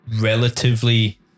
relatively